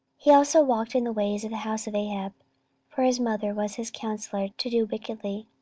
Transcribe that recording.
he also walked in the ways of the house of ahab for his mother was his counsellor to do wickedly.